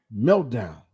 meltdown